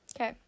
Okay